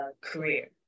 career